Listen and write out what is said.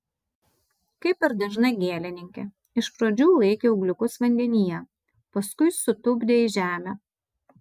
kaip ir dažna gėlininkė iš pradžių laikė ūgliukus vandenyje paskui sutupdė į žemę